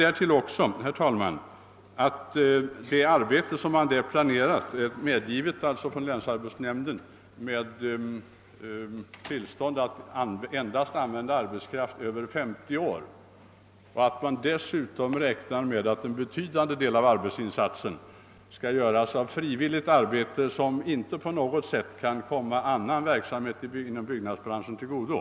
Därtill kommer att man för de byggnadsarbeten, för vilka länsarbetsnämnden lämnat tillstånd, endast får använda arbetskraft över 50 år. Vidare får man räkna med att en betydande del av arbetsinsatsen utförs genom frivilliga krafter, som annars inte på något sätt skulle komma verksamheten inom andra delar av byggnadsbranschen till godo.